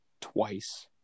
twice